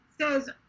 says